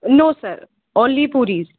no sir only puris